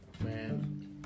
Man